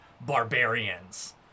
barbarians